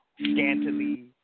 scantily